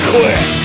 Click